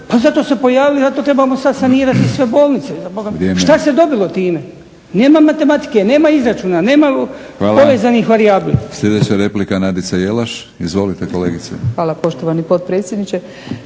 pa zato su se pojavili i zato trebamo sad sanirati sve bolnice za boga miloga. Šta se dobilo time? Nema matematike, nema izračuna, nema povezanih varijabli.